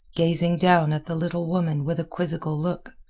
gazing down at the little woman with a quizzical look.